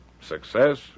success